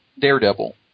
Daredevil